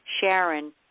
Sharon